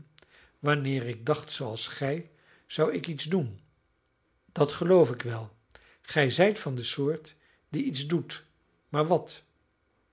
wanneer ik dacht zooals gij zou ik iets doen dat geloof ik wel gij zijt van de soort die iets doet maar wat